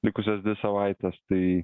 likusias dvi savaites tai